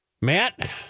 matt